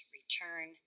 Return